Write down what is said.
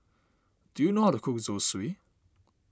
do you know how to cook Zosui